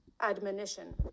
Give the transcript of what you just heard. Admonition